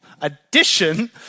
addition